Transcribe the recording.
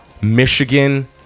Michigan